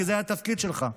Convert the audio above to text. כי זה התפקיד שלך.